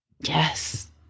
Yes